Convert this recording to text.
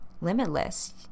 limitless